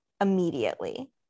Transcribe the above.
immediately